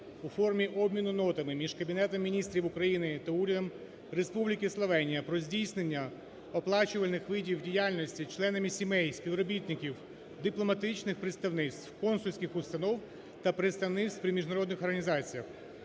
(у формі обміну нотами) між Кабінетом Міністрів України та Урядом Республіки Словенія про здійснення оплачуваних видів діяльності членами сімей співробітників дипломатичних представництв, консульських установ та представництв при міжнародних організаціях.